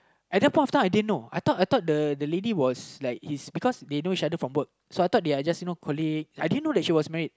at that point of time I didn't know I thought I thought the the lady was like his because they know each other from work so I thought they are just you know colleague I didn't know that she was married